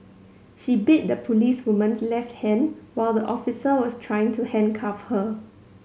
she bit the policewoman's left hand while the officer was trying to handcuff her